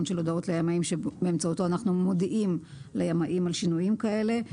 של הודעות לימאים באמצעותו אנחנו מודיעים לימאים על שינויים כאלה.